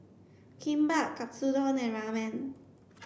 Kimbap Katsudon and Ramen